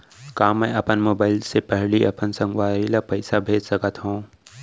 का मैं अपन मोबाइल से पड़ही अपन संगवारी मन ल पइसा भेज सकत हो?